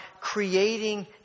creating